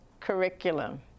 curriculum